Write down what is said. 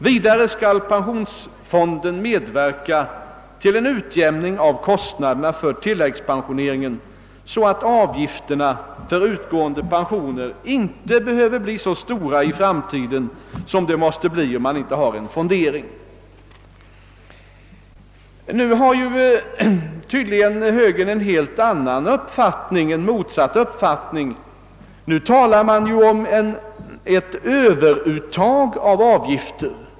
Vidare skall pensionsfonden medverka till en utjämning av kostnaderna för tilläggspensioneringen så att avgifterna för utgående pensioner inte behöver bli så stora i framtiden som de måste bli om man inte hade en fondering.» Högern har tydligen en annan och motsatt uppfattning. Dess representanter talar om ett överuttag av avgifter.